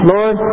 Lord